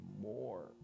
more